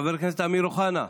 חבר הכנסת אמיר אוחנה,